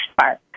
Spark